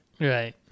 Right